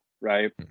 right